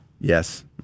Yes